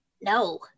no